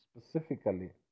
specifically